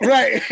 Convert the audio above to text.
Right